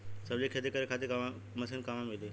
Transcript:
सब्जी के खेती करे खातिर मशीन कहवा मिली?